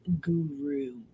guru